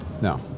No